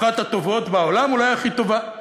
אחת הטובות בעולם, אולי הכי טובה.